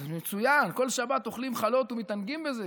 אז מצוין, כל שבת אוכלים חלות ומתענגים מזה.